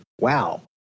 wow